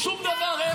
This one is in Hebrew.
שום דבר, אפס.